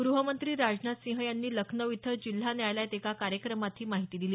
गृहमंत्री राजनाथ सिंह यांनी लखनौ इथं जिल्हा न्यायालयात एका कार्यक्रमात ही माहिती दिली